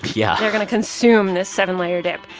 yeah. they're going to consume this seven-layer dip.